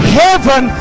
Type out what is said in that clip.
heaven